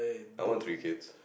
I want three kids